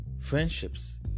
friendships